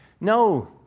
no